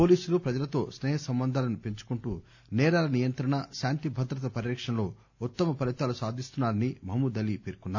పోలీసులు ప్రజలతో స్పీ హసంబంధాలను పెంచుకుంటూ నేరాల నియంత్రణ శాంతిభద్రతల పరిరక్షణలో ఉత్తమ ఫలితాలు సాధిస్తున్నారని మహమూద్ అలీ పేర్కొన్నారు